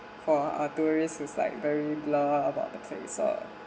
for a tourist is like very blur about the place uh